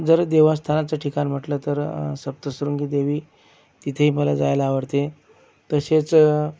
जर देवस्थानाचं ठिकाण म्हटलं तर सप्तशृंगी देवी तिथेही मला जायला आवडते तसेच